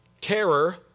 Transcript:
terror